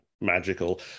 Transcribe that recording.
magical